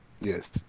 Yes